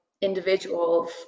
individuals